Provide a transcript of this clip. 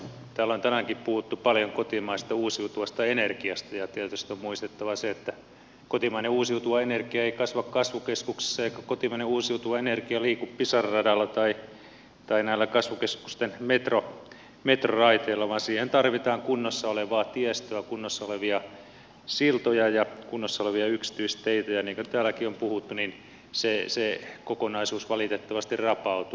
täällä on tänäänkin puhuttu paljon kotimaisesta uusiutuvasta energiasta ja tietysti on muistettava se että kotimainen uusiutuva energia ei kasva kasvukeskuksissa eikä kotimainen uusiutuva energia liiku pisara radalla tai näillä kasvukeskusten metroraiteilla vaan siihen tarvitaan kunnossa olevaa tiestöä kunnossa olevia siltoja ja kunnossa olevia yksityisteitä ja niin kuin täälläkin on puhuttu se kokonaisuus valitettavasti rapautuu